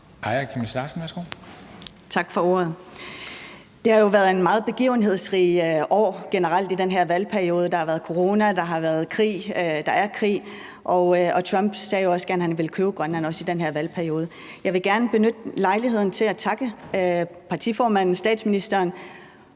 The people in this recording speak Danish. Aaja Chemnitz Larsen (IA): Tak for ordet. Det har jo generelt været et meget begivenhedsrigt år i den her valgperiode. Der har været corona, der er krig, og Trump har jo også sagt, at han gerne ville købe Grønland, også i den her valgperiode. Jeg vil gerne benytte lejligheden til at takke partiformanden, statsministeren